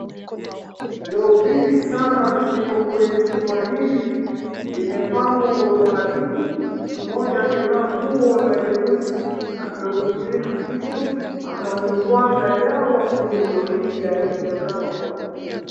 Ndoo vingi sana ziko kwenye chuma hili. Zimepangwa kwa utaratibu. Mtu mmoja amevaa nguo la jeusi Ameufunika kichwa. Anaumwaga dawa kwenye ndoo hizi, akiutazama kwa makini.